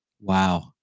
Wow